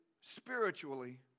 spiritually